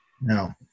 No